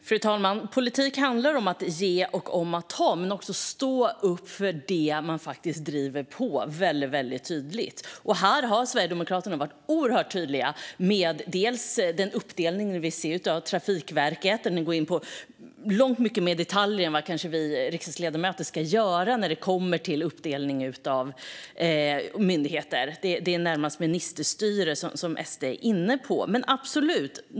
Fru talman! Politik handlar om att ge och ta men också om att stå upp för det man faktiskt driver på väldigt tydligt. Här har Sverigedemokraterna varit oerhört tydliga med den uppdelning de vill se av Trafikverket. De går in långt mycket mer på detaljer än vad vi riksdagsledamöter kanske ska göra när det gäller uppdelning av myndigheter - det är närmast ministerstyre som SD är inne på.